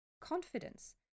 confidence